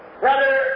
brother